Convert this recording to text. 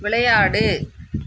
விளையாடு